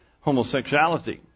homosexuality